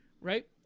Right